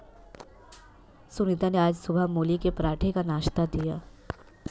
सुनीता ने आज सुबह मूली के पराठे का नाश्ता दिया